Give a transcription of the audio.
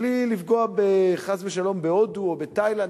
בלי לפגוע חס ושלום בהודו או בתאילנד,